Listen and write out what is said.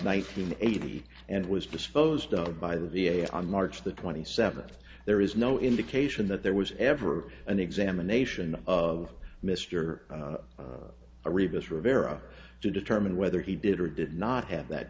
hundred eighty and was disposed of by the v a on march the twenty seventh there is no indication that there was ever an examination of mister reavis rivera to determine whether he did or did not have that